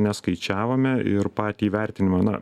neskaičiavome ir patį vertinimą na